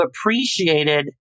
appreciated